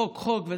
חוק-חוק,